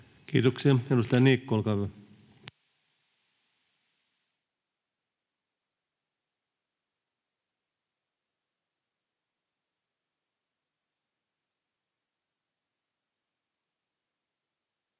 Kiitoksia. — Edustaja Niikko, olkaa hyvä.